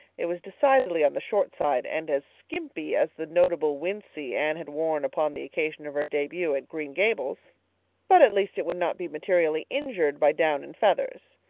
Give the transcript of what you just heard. it was decidedly on the short side and as skimpy as the notable wincey anne had worn upon the occasion of her debut at green gables but at least it would not be materially injured by down and feathers.